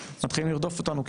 מתחילים לרדוף אותנו,